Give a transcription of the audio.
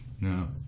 No